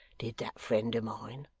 did that friend of mine,